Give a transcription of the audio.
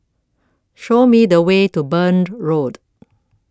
Show Me The Way to Burned Road